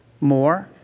more